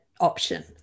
option